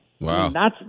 Wow